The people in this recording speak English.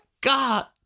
God